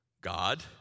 God